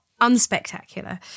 unspectacular